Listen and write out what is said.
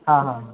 हां हां हां